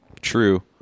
True